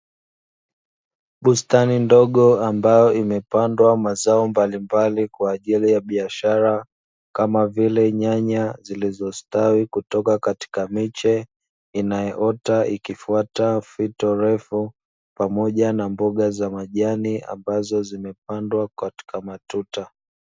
Bustani ndogo ambayo imepandwa mazao mbalimbali kwa ajili ya biashara, kama vile nyanya zilizostawi kutoka kwenye mche inayoota ikifuata fito refu, pamoja na mboga za majani, ambazo zimepangwa katika matuta.